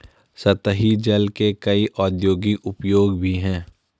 सतही जल के कई औद्योगिक उपयोग भी हैं